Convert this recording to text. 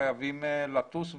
חייבים לטוס ולראות.